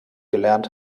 gelernt